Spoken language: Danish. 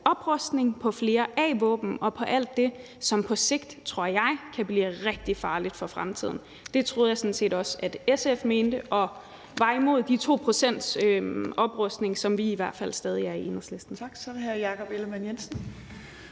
oprustning, på flere a-våben og på alt det, som på sigt, tror jeg, kan blive rigtig farligt for fremtiden. Det troede jeg sådan set også at SF mente, og jeg troede, at man var imod de 2 pct.s oprustning, som vi i hvert fald stadig er det i Enhedslisten. Kl. 15:11 Tredje næstformand (Trine